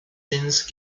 since